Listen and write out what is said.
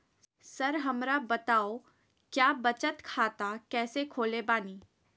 Sir हमरा बताओ क्या बचत खाता कैसे खोले बानी?